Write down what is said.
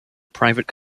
private